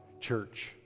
Church